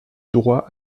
droit